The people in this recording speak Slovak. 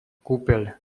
kúpeľ